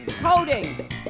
coding